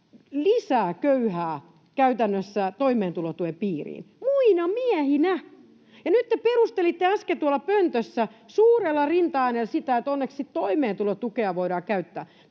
lisää käytännössä toimeentulotuen piiriin, muina miehinä. Ja nyt te perustelitte äsken tuolla pöntössä suurella rintaäänellä sitä, että onneksi toimeentulotukea voidaan käyttää.